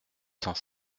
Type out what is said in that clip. cent